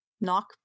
knock